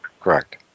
Correct